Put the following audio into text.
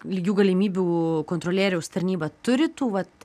lygių galimybių kontrolieriaus tarnyba turi tų vat